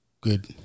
Good